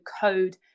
code